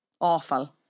Awful